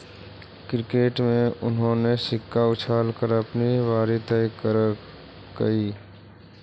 cricket में उन्होंने सिक्का उछाल कर अपनी बारी तय करकइ